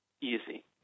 easy